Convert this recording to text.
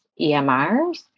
EMRs